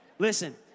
Listen